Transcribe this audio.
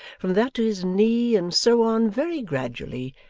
from that to his knee, and so on very gradually,